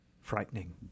frightening